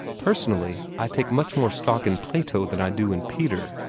personally, i take much more stock in plato than i do in peter.